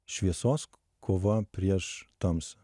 šviesos kova prieš tamsą